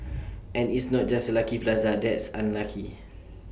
and it's not just Lucky Plaza that's unlucky